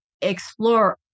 explore